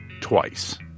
twice